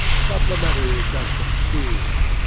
supplementary section, e